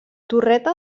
torreta